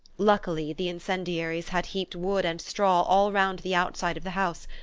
luckily the incendiaries had heaped wood and straw all round the outside of the house,